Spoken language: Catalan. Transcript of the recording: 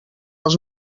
els